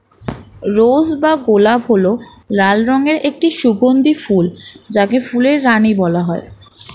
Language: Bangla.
রোজ বা গোলাপ হল লাল রঙের একটি সুগন্ধি ফুল যাকে ফুলের রানী বলা হয়